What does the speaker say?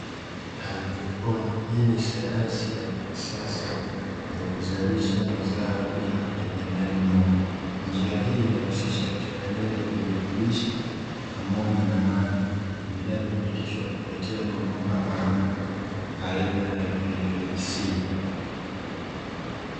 Haidroponi hii ni sayansi ya kisasa ya kuzalisha mazao bila kutegemea udongo, njia hii inahusisha uchanganyaji wa virutubishi pamoja na maji vinavyopitishwa kupitia mabomba maalumu aina ya "PVC".